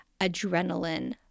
adrenaline